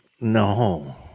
No